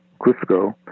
Cusco